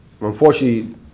unfortunately